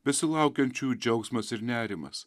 besilaukiančiųjų džiaugsmas ir nerimas